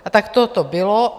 A takto to bylo.